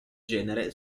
genere